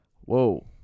whoa